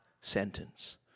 sentence